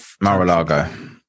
mar-a-lago